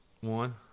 One